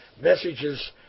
messages